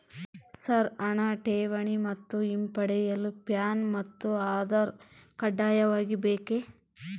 Sir ಹಣ ಠೇವಣಿ ಮತ್ತು ಹಿಂಪಡೆಯಲು ಪ್ಯಾನ್ ಮತ್ತು ಆಧಾರ್ ಕಡ್ಡಾಯವಾಗಿ ಬೇಕೆ?